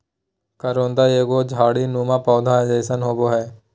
करोंदा एगो झाड़ी नुमा पौधा जैसन होबो हइ